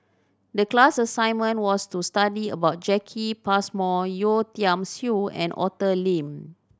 the class assignment was to study about Jacki Passmore Yeo Tiam Siew and Arthur Lim